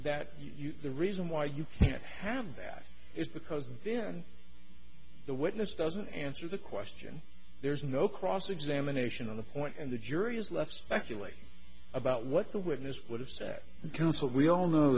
you the reason why you can't have that is because then the witness doesn't answer the question there's no cross examination on the point and the jury is left speculating about what the witness would have sat and counsel we all know